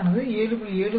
48 ஆனது 7